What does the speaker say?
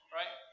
right